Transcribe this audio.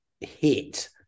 hit